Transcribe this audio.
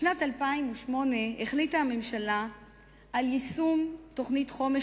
בשנת 2008 החליטה הממשלה על יישום תוכנית חומש